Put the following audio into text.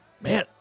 Man